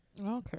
okay